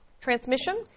Transmission